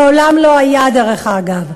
מעולם לא היה, דרך אגב.